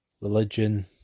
religion